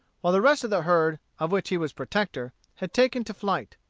while the rest of the herd, of which he was protector, had taken to flight.